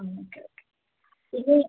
ആ okay okay ഇന്ന